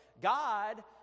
God